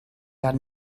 got